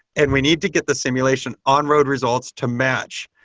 and we need to get the simulation on-road results to match.